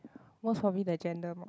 most probably the uh gender mod